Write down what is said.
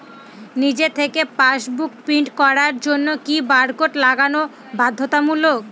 নিজে থেকে passbook print করার জন্য কি বারকোড লাগানো বাধ্যতামূলক?